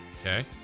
Okay